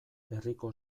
herriko